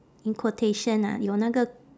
in quotation ah 有那个